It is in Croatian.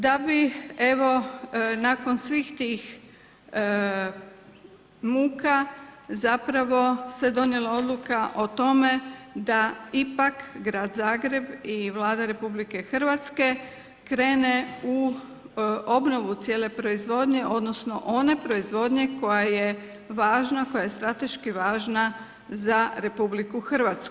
Da bi, evo, nakon svih tih muka, zapravo se donijela odluka o tome, da ipak Grad Zagreb i Vlada Republike Hrvatske krene u obnovu cijele proizvodnje, odnosno, one proizvodnje, koja je važna, koja je strateški važna za RH.